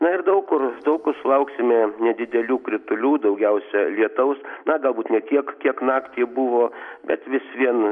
na ir daug kur daug kur sulauksime nedidelių kritulių daugiausia lietaus na galbūt ne tiek kiek naktį buvo bet vis vien